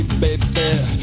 baby